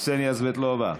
קסניה סבטלובה,